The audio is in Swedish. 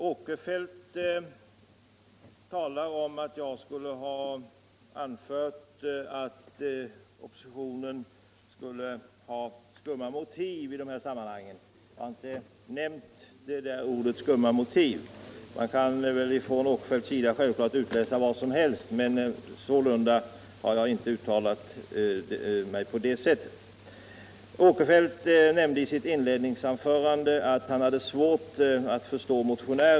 Fru talman! Herr Åkerfeldt påstod att jag skulle ha anfört att oppositionen skulle ha ”skumma motiv” i dessa sammanhang. Jag har inte använt detta uttryck. Herr Åkerfeldt kan självklart utläsa vad han vill ur mitt anförande, men så har jag inte uttalat mig. I sitt inledningsanförande nämnde herr Åkerfeldt att han hade svårt att förstå motionärerna.